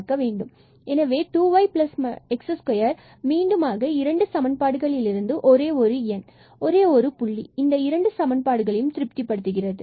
எனவே 2 yx2 மீண்டும் ஆக இரண்டு சமன்பாடுகளில் இருந்து ஒரே ஒரு எண் ஒரே ஒரு புள்ளி இந்த இரண்டு சமன்பாடுகளையும் திருப்தி படுத்துகிறது